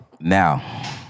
Now